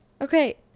Okay